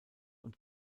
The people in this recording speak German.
und